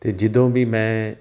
ਅਤੇ ਜਦੋਂ ਵੀ ਮੈਂ